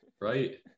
Right